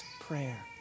prayer